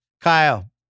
Kyle